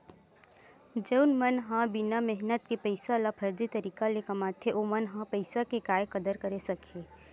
जउन मन ह बिना मेहनत के पइसा ल फरजी तरीका ले कमाथे ओमन ह पइसा के काय कदर करे सकही